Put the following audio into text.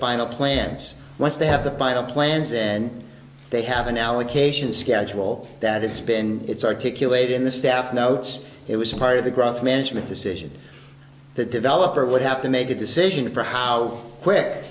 final plans once they have the final plans then they have an allocation schedule that it's been it's articulated in the staff notes it was part of the growth management decision the developer would have to make a decision for how quick